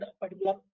particular